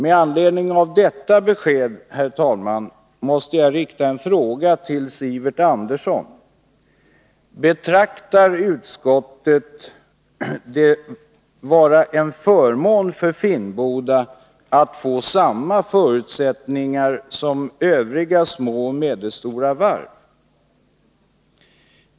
Med anledning av detta besked måste jag rikta en fråga till Sivert Andersson: Betraktar utskottet det som en förmån för Finnboda att få samma förutsättningar som övriga små och medelstora varv?